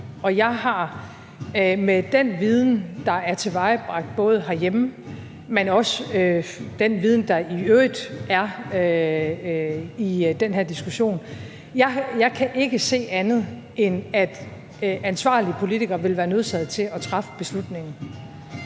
og jeg kan med den viden, der er tilvejebragt både herhjemme, men også den viden, der i øvrigt er i den her diskussion, ikke se andet, end at en ansvarlig politiker vil være nødsaget til at træffe beslutningen.